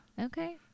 Okay